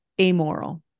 amoral